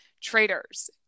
Traders